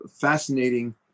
fascinating